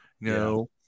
No